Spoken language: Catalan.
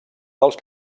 dels